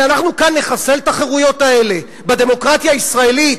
שאנחנו כאן נחסל את החירויות האלה בדמוקרטיה הישראלית?